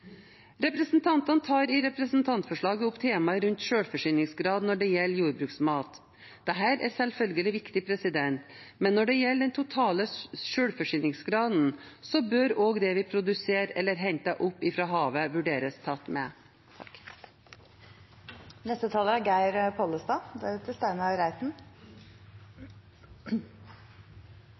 Representantene tar i representantforslaget opp temaet om selvforsyningsgrad når det gjelder jordbruksmat. Dette er selvfølgelig viktig, men når det gjelder den totale selvforsyningsgraden, bør også det vi produserer eller henter opp fra havet, vurderes tatt med. Det er